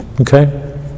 Okay